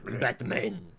Batman